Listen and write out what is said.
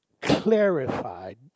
clarified